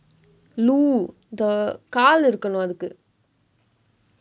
லு:lu the கால் இருக்கனும் அதுக்கு:kaal irukkanum athukku